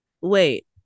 Wait